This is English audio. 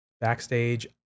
backstage